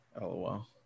Lol